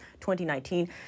2019